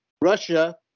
Russia